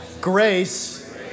grace